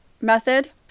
method